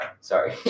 Sorry